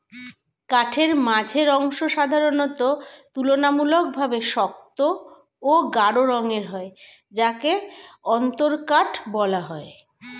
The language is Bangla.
কাঠের মাঝের অংশ সাধারণত তুলনামূলকভাবে শক্ত ও গাঢ় রঙের হয় যাকে অন্তরকাঠ বলা হয়